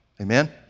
amen